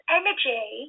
energy